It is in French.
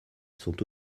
sont